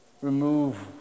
remove